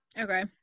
Okay